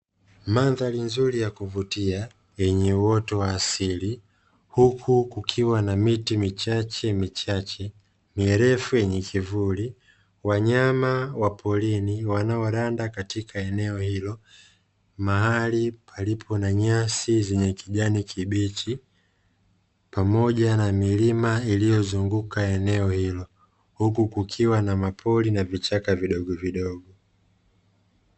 Mandhari nzuri ya kuvutia yenye uoto wa asili ndani yake kukiwa na miti michache